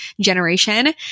generation